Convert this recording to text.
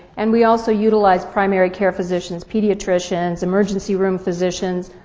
and we also utilize primary care physicians, pediatricians, emergency room physicians,